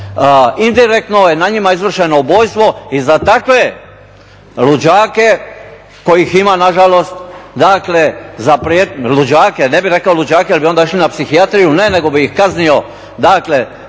indirektno je na njima izvršeno ubojstvo i za takve luđake kojih ima nažalost, luđake ne bi rekao luđake jer bi onda išli na psihijatriju, ne, nego bi ih kaznio,